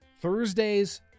Thursdays